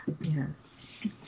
Yes